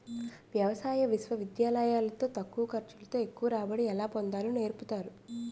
వ్యవసాయ విశ్వవిద్యాలయాలు లో తక్కువ ఖర్చు తో ఎక్కువ రాబడి ఎలా పొందాలో నేర్పుతారు